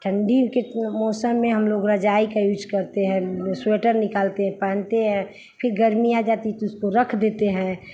ठण्डी के मौसम में हमलोग रज़ाई का यूज़ करते हैं स्वेटर निकालते हैं पहनते हैं फिर गर्मी आ जाती है तो उसको रख देते हैं